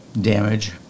damage